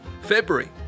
February